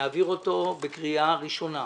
להעביר אותו בקריאה ראשונה.